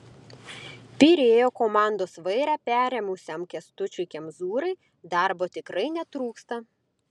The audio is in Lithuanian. pirėjo komandos vairą perėmusiam kęstučiui kemzūrai darbo tikrai netrūksta